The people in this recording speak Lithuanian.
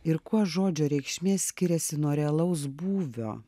ir kuo žodžio reikšmė skiriasi nuo realaus būvio